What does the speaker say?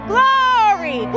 Glory